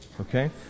okay